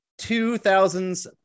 2000s